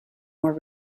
more